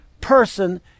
person